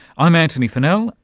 i'm antony funnell,